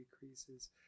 decreases